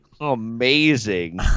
Amazing